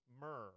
myrrh